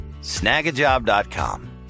snagajob.com